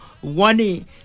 one